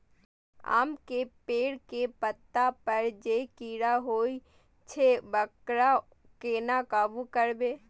आम के पेड़ के पत्ता पर जे कीट होय छे वकरा केना काबू करबे?